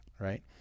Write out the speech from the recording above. right